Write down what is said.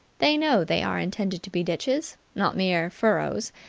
they know they are intended to be ditches, not mere furrows,